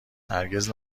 هرگز